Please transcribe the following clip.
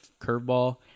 curveball